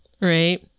right